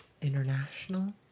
International